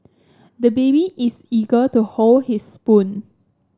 the baby is eager to hold his spoon